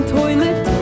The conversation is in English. toilet